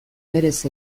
berez